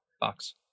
box